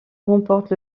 remporte